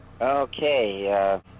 Okay